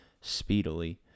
speedily